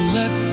let